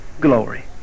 glory